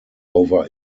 over